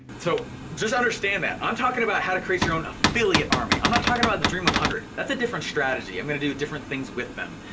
so just understand that. i'm talking about how to create your own affiliate army, i'm not talking about the dream one hundred. that's a different strategy. i'm gonna go different things with them.